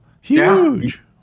Huge